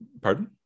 Pardon